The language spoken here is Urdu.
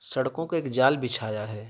سڑکوں کا ایک جال بچھایا ہے